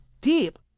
deep